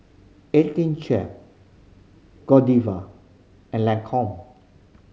Eighteen Chef Godiva and Lancome